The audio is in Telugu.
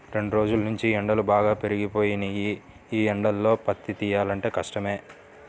రెండ్రోజుల్నుంచీ ఎండలు బాగా పెరిగిపోయినియ్యి, యీ ఎండల్లో పత్తి తియ్యాలంటే కష్టమే